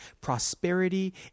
prosperity